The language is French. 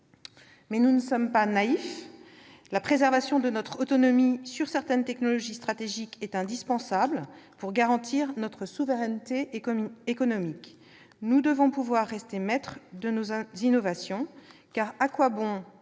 nous ne sommes pas naïfs : la préservation de notre autonomie dans certaines technologies stratégiques est indispensable pour garantir notre souveraineté économique. Nous devons pouvoir rester maîtres de nos innovations. Car à quoi bon